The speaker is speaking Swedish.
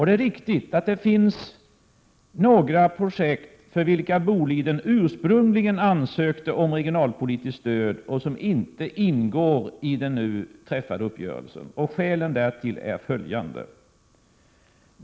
Det är riktigt att det finns några projekt för vilka Boliden ursprungligen ansökte om regionalpolitiskt stöd som inte ingår i den nu träffade uppgörelsen. Skälen därtill är följande.